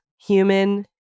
human